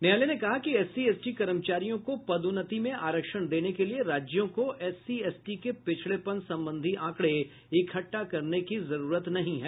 न्यायालय ने कहा कि एससी एसटी कर्मचारियों को पदोन्नति में आरक्षण देने के लिये राज्यों को एससी एसटी के पिछड़ेपन संबंधी आंकड़े इकटठा करने की जरूरत नहीं है